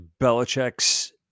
Belichick's